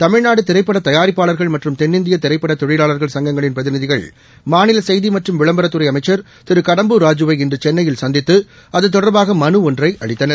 தமிழ்நாடு திரைப்பட தயாரிப்பாளர்கள் மற்றும் தென்னிந்திய திரைப்பட தொழிலாளா்கள் சங்கங்களின் பிரதிநிதிகள் மாநில செய்தி மற்றும் விளம்பரத்துறை அமைச்சா் திரு கடம்பூர் ராஜூவை இன்று சென்னையில் சந்தித்து அது தொடர்பாக மலு ஒன்றை அளித்தனர்